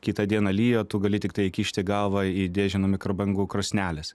kitą dieną lyja o tu gali tiktai įkišti galvą į dėžę nuo mikrobangų krosnelės